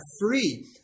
free